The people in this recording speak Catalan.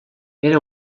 era